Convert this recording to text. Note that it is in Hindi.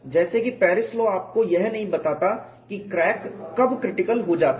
जैसे कि पेरिस लाॅ आपको यह नहीं बताता कि क्रैक कब क्रिटिकल हो जाता है